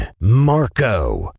Marco